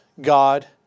God